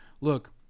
look